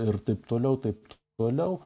ir taip toliau taip toliau